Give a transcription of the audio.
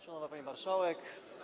Szanowna Pani Marszałek!